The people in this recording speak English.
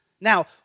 Now